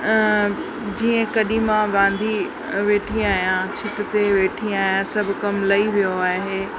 जीअं कॾहिं मां वांदी वेठी आहियां छित ते वेठी आहियां सभ कम लही वियो आहे